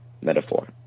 metaphor